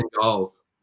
goals